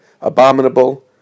abominable